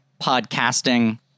podcasting